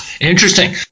interesting